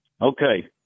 Okay